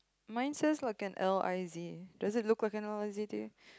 mine says like a L I Z does it look like a L I Z to you